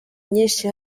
nyinshi